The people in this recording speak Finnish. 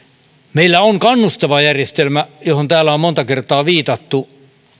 meillä on kannustava järjestelmä johon täällä on monta kertaa viitattu